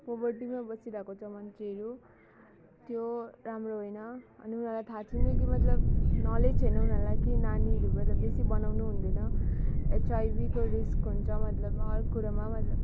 पोबर्टीमा बसिरहेको छ मान्छेहरू त्यो राम्रो होइन अनि उनीहरूलाई थाहा छैन कि मतलब नलेज छैन उनीहरूलाई कि नानीहरू मतलब बेसी बनाउनु हुँदैन एचआइबीको रिस्क हुन्छ मतलब हर कुरामा मतलब